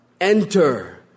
enter